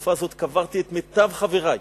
בתקופה הזאת קברתי את מיטב חברי,